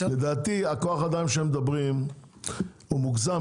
לדעתי כוח האדם שהם מדברים הוא מוגזם